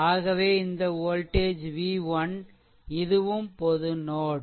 ஆகவே இந்த voltage v1 இதுவும் பொது நோட்